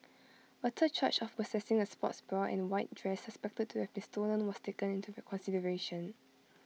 A third charge of possessing A sports bra and white dress suspected to have been stolen was taken into consideration